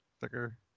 Thicker